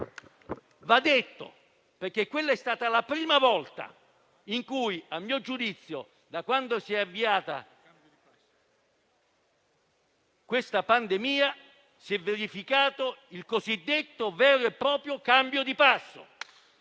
va detto, perché è stata la prima volta in cui - a mio giudizio - da quando è iniziata la pandemia, si è verificato il cosiddetto vero e proprio cambio di passo.